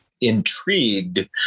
intrigued